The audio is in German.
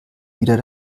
wieder